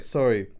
Sorry